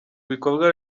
ibikorwa